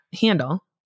handle